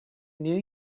knew